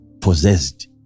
possessed